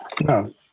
No